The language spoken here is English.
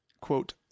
quote